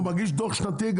הוא גם מגיש דוח שנתי.